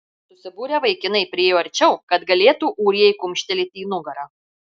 susibūrę vaikinai priėjo arčiau kad galėtų ūrijai kumštelėti į nugarą